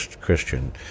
Christian